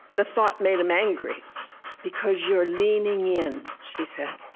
the thought made him angry because you're leaning in she said,